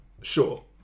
sure